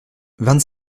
vingt